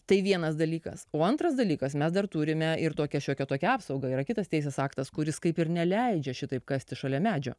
tai vienas dalykas o antras dalykas mes dar turime ir tokia šiokia tokia apsauga yra kitas teisės aktas kuris kaip ir neleidžia šitaip kasti šalia medžio